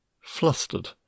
Flustered